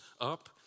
up